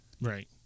Right